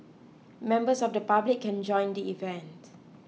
members of the public can join the event